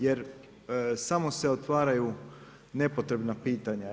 Jer samo se otvaraju nepotrebna pitanja.